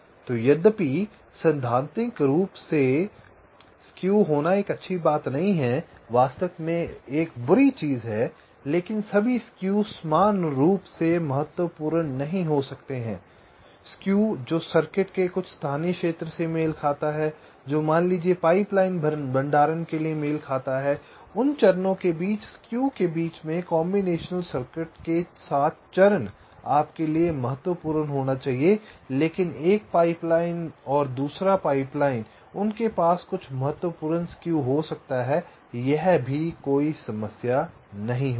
तो यद्यपि सैद्धांतिक रूप से स्क्यू होना एक अच्छी बात नहीं है वास्तव में एक बुरी चीज है लेकिन सभी स्क्यू समान रूप से महत्वपूर्ण नहीं हो सकते हैं स्क्यू जो सर्किट के कुछ स्थानीय क्षेत्र से मेल खाता है जो मान लीजिये पाइपलाइन भंडारण के लिए मेल खाता है उन चरणों के बीच स्क्यू के बीच में कॉम्बिनेशन सर्किट के साथ चरण आपके लिए महत्वपूर्ण होना चाहिए लेकिन एक पाइपलाइन और दूसरा पाइप लाइन उनके पास कुछ महत्वपूर्ण स्क्यू हो सकता है यह भी एक समस्या नहीं होगी